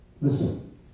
Listen